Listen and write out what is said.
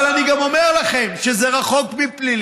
אבל אני אומר לכם גם שזה רחוק מפלילי,